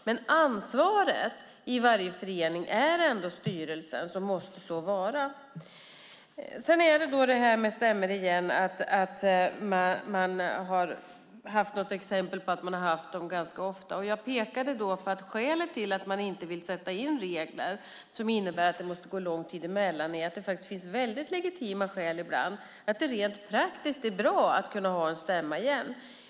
Men ansvaret i varje förening är ändå styrelsens och måste så vara. Sedan är det stämmorna igen, att det finns något exempel på att man har haft dem ganska ofta. Jag pekade på att skälet till att vi inte vill sätta in regler som innebär att det måste gå lång tid emellan är att det faktiskt ibland finns väldigt legitima orsaker till och att det rent praktiskt är bra att kunna ha en stämma igen.